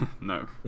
No